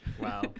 wow